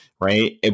right